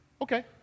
Okay